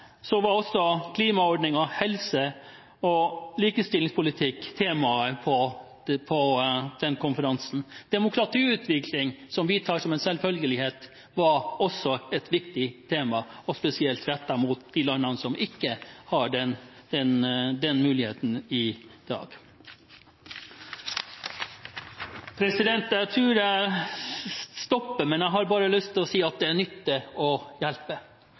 var klimaordninger, helse og likestillingspolitikk tema på denne konferansen. Demokratiutvikling, som vi tar som en selvfølge, var også et viktig tema og spesielt rettet mot de landene som ikke har den muligheten i dag. Jeg tror jeg stopper her, men jeg har bare lyst til å si at det nytter å hjelpe.